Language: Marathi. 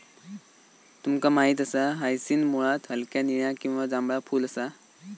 तुमका माहित असा हायसिंथ मुळात हलक्या निळा किंवा जांभळा फुल असा